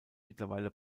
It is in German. mittlerweile